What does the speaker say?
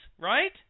right